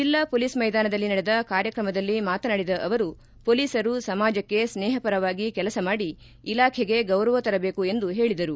ಜಿಲ್ಲಾ ಮೊಲೀಸ್ ಮೈದಾನದಲ್ಲಿ ನಡೆದ ಕಾರ್ಯಕ್ರಮದಲ್ಲಿ ಮಾತನಾಡಿದ ಅವರು ಮೊಲೀಸರು ಸಮಾಜಕ್ಕೆ ಸ್ನೇಹಪರವಾಗಿ ಕೆಲಸ ಮಾಡಿ ಇಲಾಖೆಗೆ ಗೌರವ ತರಬೇಕು ಎಂದು ಹೇಳಿದರು